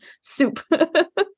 soup